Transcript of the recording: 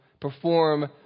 perform